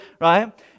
right